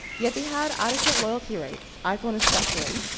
yet they had adequate loyalty rates, iphone especially,